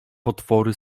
potwory